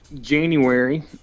January